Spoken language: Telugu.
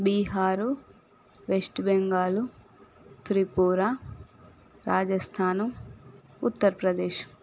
బీహారు వెస్ట్ బెంగాల్ త్రిపుర రాజస్థాను ఉత్తర్ప్రదేశ్